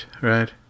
right